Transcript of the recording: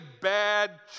bad